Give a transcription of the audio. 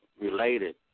related